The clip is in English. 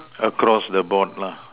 across the board lah